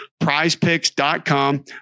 prizepicks.com